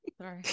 Sorry